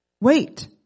Wait